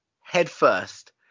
headfirst